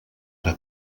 ara